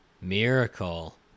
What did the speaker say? Miracle